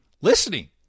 Listening